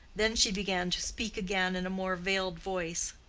then she began to speak again in a more veiled voice.